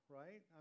right